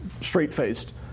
straight-faced